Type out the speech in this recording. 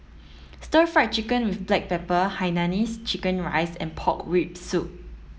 stir fry chicken with black pepper Hainanese chicken rice and pork rib soup